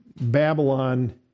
Babylon